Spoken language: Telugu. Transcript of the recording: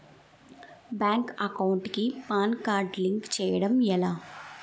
బ్యాంక్ అకౌంట్ కి పాన్ కార్డ్ లింక్ చేయడం ఎలా?